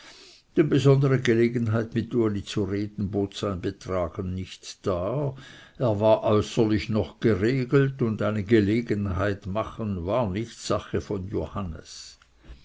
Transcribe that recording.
besondere gelegenheit mit uli zu reden bot sein betragen nicht dar es war äußerlich noch geregelt und eine gelegenheit machen war nicht sache von johannes